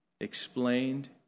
explained